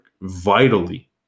vitally